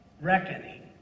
reckoning